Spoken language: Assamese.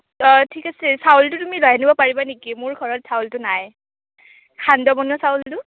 অঁ ঠিক আছে চাউলটো তুমি জাৰি আনিব পাৰিবা নেকি মোৰ ঘৰত চাউলটো নাই সান্দহ বনোৱা চাউলটো